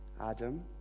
Adam